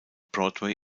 broadway